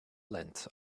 length